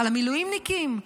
על המילואימניקים?